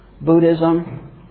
Buddhism